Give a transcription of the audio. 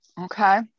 okay